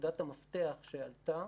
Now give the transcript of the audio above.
נקודת המפתח שעלתה